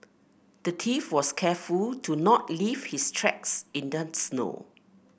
the thief was careful to not leave his tracks in the snow